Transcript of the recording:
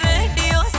Radio